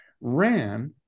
ran